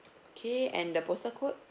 K and the postal code